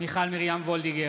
מיכל מרים וולדיגר,